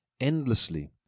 endlessly